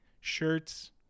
shirts